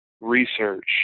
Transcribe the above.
research